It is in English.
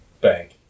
bank